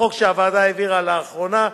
חוק שהוועדה העבירה לאחרונה,